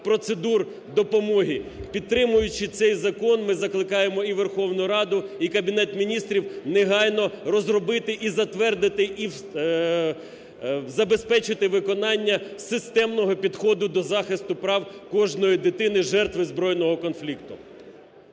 процедур допомоги. Підтримуючи цей закон, ми закликаємо і Верховну Раду і Кабінет Міністрів негайно розробити і затвердити і забезпечити виконання системного підходу до захисту прав кожної дитини, жертви збройного конфлікту.